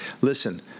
listen